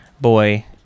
boy